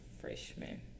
freshman